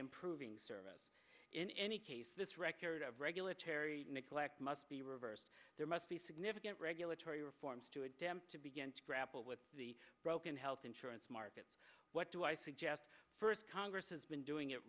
improving services in any case this record of regular terry nichols act must be reversed there must be significant regulatory reforms to attempt to begin to grapple with the broken health insurance market what do i suggest first congress has been doing it